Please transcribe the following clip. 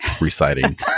reciting